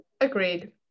agreed